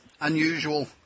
unusual